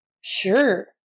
sure